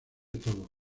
todo